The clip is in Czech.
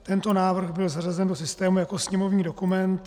Tento návrh byl zařazen do systému jako sněmovní dokument 1372.